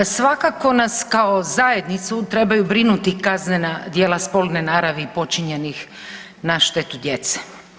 Svakako nas kao zajednicu trebaju brinuti kaznena djela spolne naravi počinjenih na štetu djece.